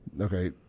okay